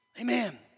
Amen